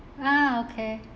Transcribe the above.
ah okay